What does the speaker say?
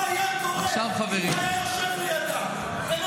מה היה קורה אם הוא היה יושב לידה ומקשיב?